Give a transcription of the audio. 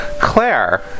Claire